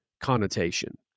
connotation